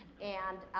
and,